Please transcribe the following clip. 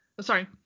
sorry